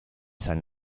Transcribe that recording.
san